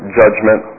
judgment